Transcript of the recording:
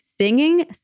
singing